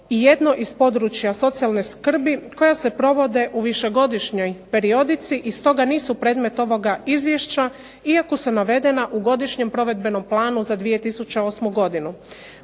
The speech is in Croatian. i 1 iz područja socijalne skrbi koja se provode u višegodišnjoj periodici i stoga nisu predmet ovoga izvješća iako su navedena u Godišnjem provedbenom planu za 2008. godinu.